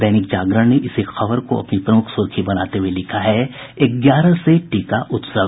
दैनिक जागरण ने इसी खबर को अपनी प्रमुख सुर्खी बनाते हुए लिखा है ग्यारह से टीका उत्सव